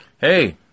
Hey